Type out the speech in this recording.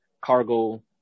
cargo